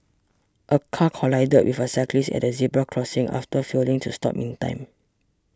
a car collided with a cyclist at a zebra crossing after failing to stop in time